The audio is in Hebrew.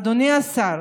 אדוני השר,